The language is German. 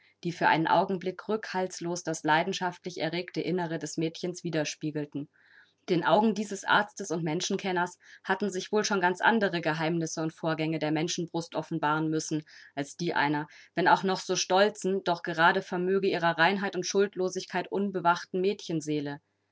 die für einen augenblick rückhaltslos das leidenschaftlich erregte innere des mädchens widerspiegelten den augen dieses arztes und menschenkenners hatten sich wohl schon ganz andere geheimnisse und vorgänge der menschenbrust offenbaren müssen als die einer wenn auch noch so stolzen doch gerade vermöge ihrer reinheit und schuldlosigkeit unbewachten mädchenseele